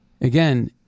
again